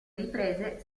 riprese